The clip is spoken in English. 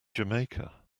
jamaica